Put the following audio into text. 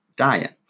diet